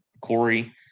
corey